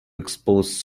expose